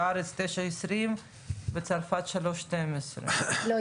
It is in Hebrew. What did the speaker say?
בארץ 9.20 ובצרפת 3.12. לא,